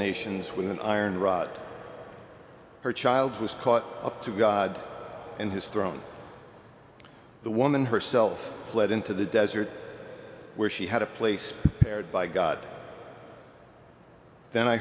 nations with an iron rod her child was caught up to god and his throne the woman herself fled into the desert where she had a place where by god then i